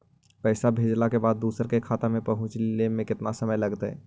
पैसा भेजला के बाद दुसर के खाता में पहुँचे में केतना समय लगतइ?